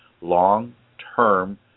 long-term